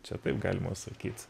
čia taip galima sakyt